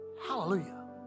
Hallelujah